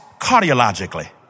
cardiologically